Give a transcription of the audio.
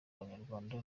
abanyarwanda